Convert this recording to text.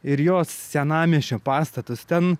ir jos senamiesčio pastatus ten